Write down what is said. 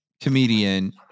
comedian